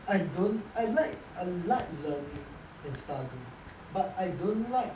I don't I like I like learning and studying but I don't like